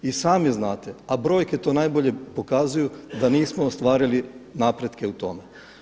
I sami znate, a brojke to najbolje pokazuju da nismo ostvarili napretke u tome.